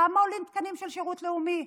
כמה עולים תקנים של שירות לאומי?